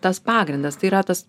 tas pagrindas tai yra tas